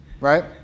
right